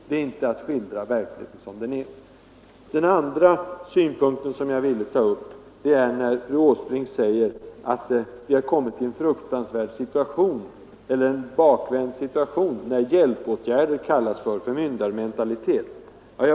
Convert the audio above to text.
Det är inte att skildra verkligheten som den är. Fru Åsbrink säger vidare att vi har kommit i en bakvänd situation, när hjälpåtgärder kallas förmyndarmentalitet.